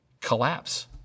collapse